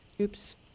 Oops